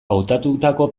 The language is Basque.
hautatutako